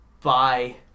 Bye